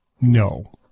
No